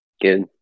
Good